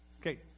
Okay